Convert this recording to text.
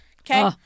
okay